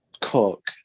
cook